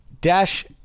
dash